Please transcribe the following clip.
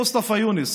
מוסטפא יונס,